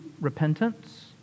repentance